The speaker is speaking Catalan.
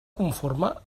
conforme